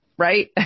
right